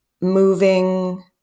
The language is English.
moving